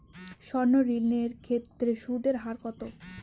সর্ণ ঋণ এর ক্ষেত্রে সুদ এর হার কত?